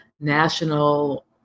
national